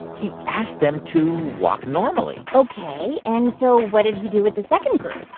he asked them to walk normally ok. and so what did he do with the second group?